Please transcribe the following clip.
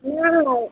ओ